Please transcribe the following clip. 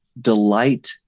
delight